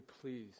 please